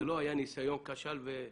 זה לא היה ניסיון, כשל ונגמר